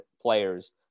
players